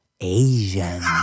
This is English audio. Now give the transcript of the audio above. Asian